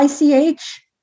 ICH